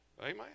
Amen